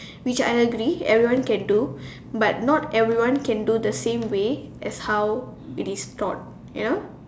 which I agree everyone can do but not everyone can do the same way as how it is taught you know